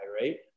Right